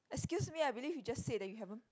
excuse me I believe you just said that you haven't